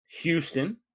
Houston